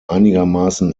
einigermaßen